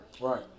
Right